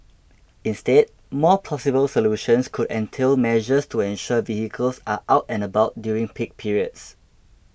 instead more plausible solutions could entail measures to ensure vehicles are out and about during peak periods